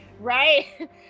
Right